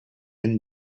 ends